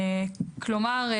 כלומר,